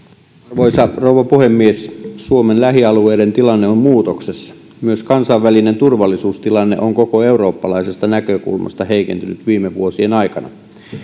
arvoisa rouva puhemies suomen lähialueiden tilanne on muutoksessa myös kansainvälinen turvallisuustilanne on koko eurooppalaisesta näkökulmasta heikentynyt viime vuosien aikana